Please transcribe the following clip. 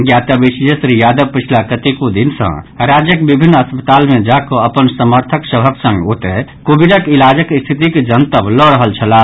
ज्ञातव्य अछि जे श्री यादव पछिला कतेको दिन सँ राज्यक विभिन्न अस्पताल मे जाकऽ अपन समर्थक सभक संग ओतए कोविडक इलाजक स्थितिक जनतब लऽ रहल छलाह